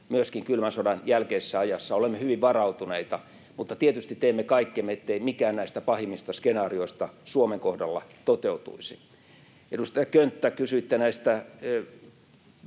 myöskin kylmän sodan jälkeisessä ajassa. Olemme hyvin varautuneita, mutta tietysti teemme kaikkemme, ettei mikään näistä pahimmista skenaarioista Suomen kohdalla toteutuisi. Edustaja Könttä, kysyitte